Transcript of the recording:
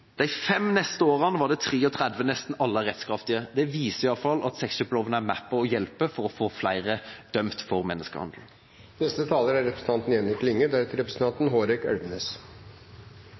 De fem neste årene var det 33, nesten alle rettskraftige. Det viser iallfall at sexkjøpsloven er med på å få flere dømt for menneskehandel. Først vil eg få takke interpellanten for å reise ein viktig debatt i Stortinget. Dette er